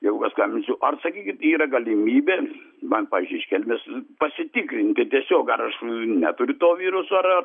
jeigu paskambinsiu ar sakykit yra galimybė man pavyzdžiui iš kelmės pasitikrinti tiesiog ar aš neturiu to viruso ar ar